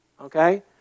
Okay